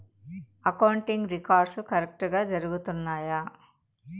accounting records కరెక్టుగా జరుగుతున్నాయా